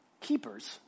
keepers